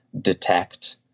detect